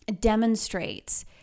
demonstrates